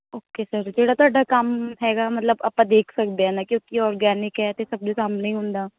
okay sir ਜਿਹੜਾ ਤੁਹਾਡਾ ਕੰਮ ਹੈਗਾ ਮਤਲਬ ਆਪਾਂ ਦੇਖ ਸਕਦੇ ਹਾਂ ਨਾ ਕਿਉਂਕਿ ਔਰਗੈਨਿਕ ਹੈ ਅਤੇ ਸਭ ਦੇ ਸਾਹਮਣੇ ਹੁੰਦਾ